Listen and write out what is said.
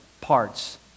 parts